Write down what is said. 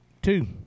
Two